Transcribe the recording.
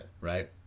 right